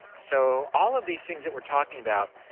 so all of these things that we're talking about,